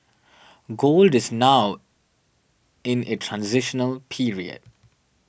gold is now in a transitional period